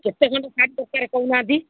କେତେ ଖଣ୍ଡ ଶାଢ଼ୀ ଦରକାର କହୁନାହାନ୍ତି